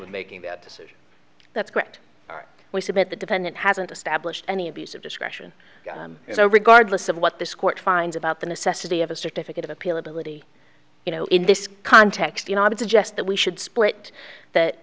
with making that decision that's correct we submit the defendant hasn't established any abuse of discretion and so regardless of what this court finds about the necessity of a certificate of appeal ability you know in this context you know i would suggest that we should split that